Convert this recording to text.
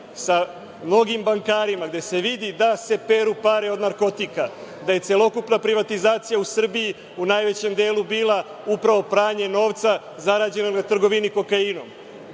sa mnogim bankarima, gde se vidi da se peru pare od narkotika, da je celokupna privatizacija u Srbiji u najvećem bila upravo pranje novca zarađenog na trgovini kokainom. Još